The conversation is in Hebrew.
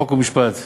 חוק ומשפט.